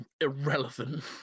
irrelevant